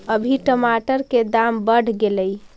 अभी टमाटर के दाम बढ़ गेलइ